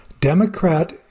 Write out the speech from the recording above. Democrat